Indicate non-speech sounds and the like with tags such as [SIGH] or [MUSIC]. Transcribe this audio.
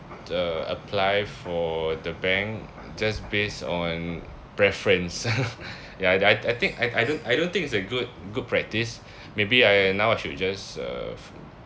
uh apply for the bank just based on preference [LAUGHS] ya I I think I I don't I don't think it's a good good practice maybe I now I should just uh f~